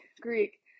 Greek